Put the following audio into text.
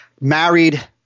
married